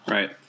Right